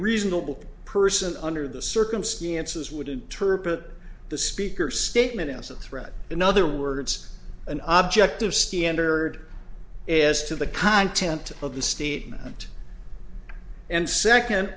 reasonable person under the circumstances would interpret the speaker statement as a threat in other words an object of standard as to the content of the statement and second